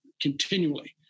continually